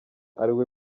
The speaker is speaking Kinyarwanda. ari